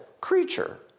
creature